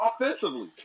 Offensively